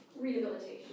rehabilitation